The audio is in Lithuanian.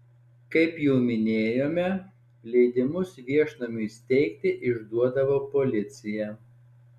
kaip jau minėjome leidimus viešnamiui steigti išduodavo policija